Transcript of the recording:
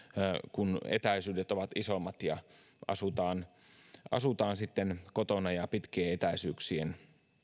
kun etäisyydet ovat isommat ja asutaan asutaan kotona pitkien etäisyyksien